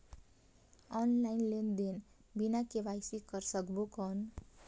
Online लेनदेन बिना KYC कर सकबो कौन??